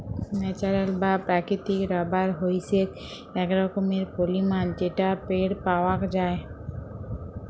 natural বা প্রাকৃতিক rubber হইসেক এক রকমের পলিমার যেটা পেড় পাওয়াক যায়